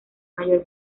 mayor